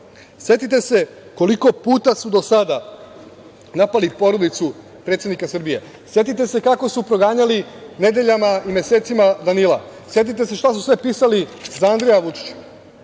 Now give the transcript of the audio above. može. Setite se koliko su puta do sada napadali porodicu predsednika Srbije. Setite se kako su proganjali nedeljama i mesecima Danila. Setite se šta su sve pisali za Andreja Vučića.